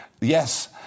yes